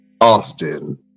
Austin